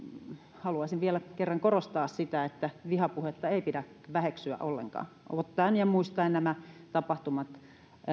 haluaisin vielä kerran korostaa sitä että vihapuhetta ei pidä väheksyä ollenkaan ottaen huomioon ja muistaen tapahtumat